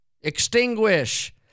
extinguish